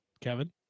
Kevin